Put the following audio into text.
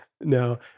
No